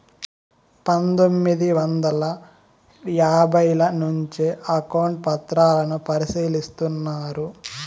పందొమ్మిది వందల యాభైల నుంచే అకౌంట్ పత్రాలను పరిశీలిస్తున్నారు